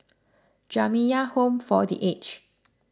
Jamiyah Home for the Aged